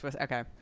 okay